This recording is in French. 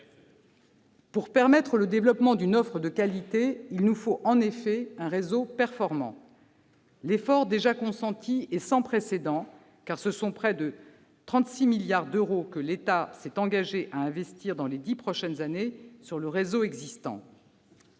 Pour permettre le développement d'une offre de qualité, il nous faut, en effet, un réseau performant. L'effort déjà consenti est sans précédent, car ce sont près de 36 milliards d'euros que l'État s'est engagé à investir dans les dix prochaines années sur le réseau existant.